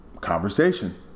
conversation